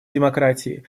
демократии